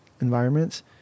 environments